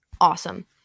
awesome